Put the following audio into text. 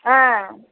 ஆ